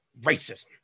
racism